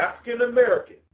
African-American